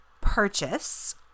purchase